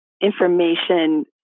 information